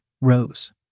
Rose